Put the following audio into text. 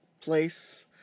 place